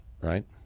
right